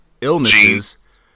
illnesses